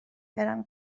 بریم